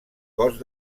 cos